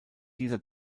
dieser